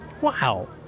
Wow